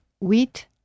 wheat